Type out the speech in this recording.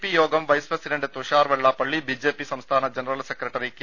P യോഗം vice president Thushar Vellappally BJP സംസ്ഥാന general secretary K